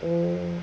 oh